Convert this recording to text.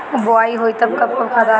बोआई होई तब कब खादार डालाई?